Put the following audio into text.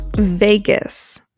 Vegas